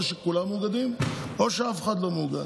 או שכולם מאוגדים או שאף אחד לא מאוגד.